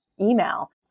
email